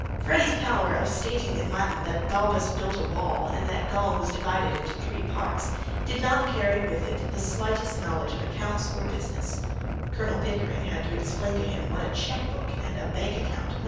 freddy's power of stating in latin that balbus built a wall and that gaul was divided into three parts did not carry with it the slightest knowledge of accounts or business colonel pickering had to explain to him what a cheque book and a bank account